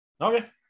Okay